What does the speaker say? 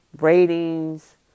ratings